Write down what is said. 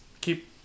keep